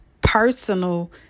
personal